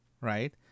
right